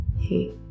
hey